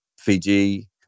Fiji